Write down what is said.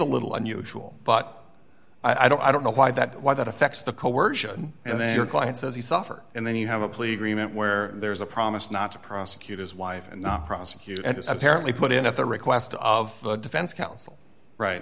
a little unusual but i don't i don't know why that why that affects the coersion and then your client says he's offer and then you have a plea agreement where there's a promise not to prosecute his wife and prosecute apparently put in at the request of the defense counsel right